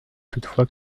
toutefois